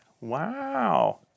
Wow